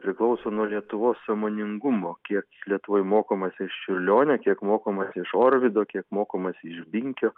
priklauso nuo lietuvos sąmoningumo kiek lietuvoj mokomasi iš čiurlionio kiek mokomasi iš orvido kiek mokomasi iš binkio